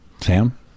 Sam